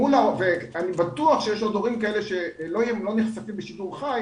אני בטוח שיש עוד הורים כאלה שלא נחשפים בשידור חי,